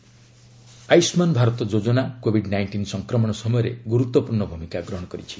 ଆୟୁଷ୍ମାନ୍ ଭାରତ ଆୟୁଷ୍ମାନ୍ ଭାରତ ଯୋଜନା covid nineteen ସଂକ୍ରମଣ ସମୟରେ ଗୁରୁତ୍ୱପୂର୍ଣ୍ଣ ଭୂମିକା ଗ୍ରହଣ କରିଛି